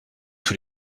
tous